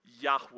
Yahweh